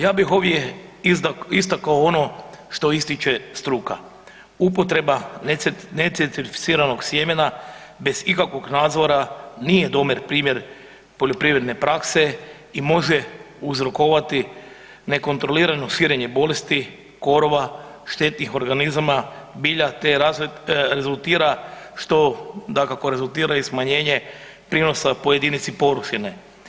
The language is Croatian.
Ja bih ovdje istakao ono što ističe struka, upotreba necertificiranog sjemena bez ikakvog nadzora nije dobar primjer poljoprivredne prakse i može uzrokovati nekontrolirano širenje bolesti, korova, štetnih organizama, bilja te rezultira što dakako, rezultira i smanjenje prinosa po jedini površine.